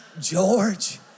George